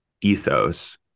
ethos